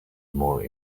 more